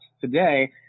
today